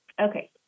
okay